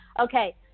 Okay